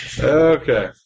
Okay